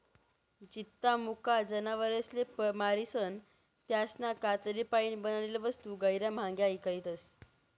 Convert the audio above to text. जित्ता मुका जनावरसले मारीसन त्यासना कातडीपाईन बनाडेल वस्तू गैयरा म्हांग्या ईकावतीस